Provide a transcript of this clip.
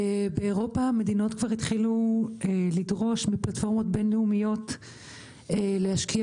באירופה מדינות כבר התחילו לדרוש מפלטפורמות בין-לאומיות להשקיע